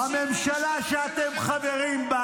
הממשלה שאתם חברים בה